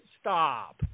Stop